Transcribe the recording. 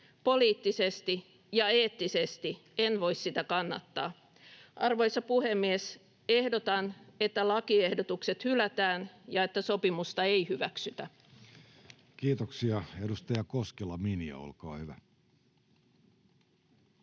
poliittisesti ja eettisesti en voi sitä kannattaa. Arvoisa puhemies! Ehdotan, että lakiehdotukset hylätään ja että sopimusta ei hyväksytä. Kiitoksia. — Edustaja Koskela, Minja, olkaa hyvä.